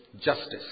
justice